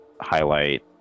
highlight